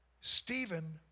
Stephen